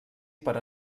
per